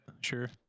sure